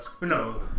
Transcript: No